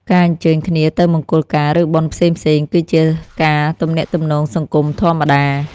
ការអញ្ជើញគ្នាទៅមង្គលការ ឬបុណ្យផ្សេងៗគឺជាការទំនាក់ទំនងសង្គមធម្មតា។